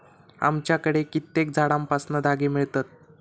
आमच्याकडे कित्येक झाडांपासना धागे मिळतत